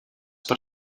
per